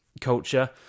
culture